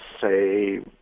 say